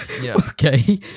Okay